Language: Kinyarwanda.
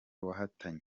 wahatanye